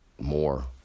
more